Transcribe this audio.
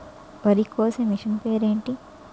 వరి కోసే మిషన్ పేరు ఏంటి